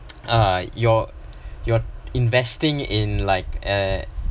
uh you're you're investing in like uh